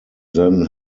then